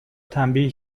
تنبیه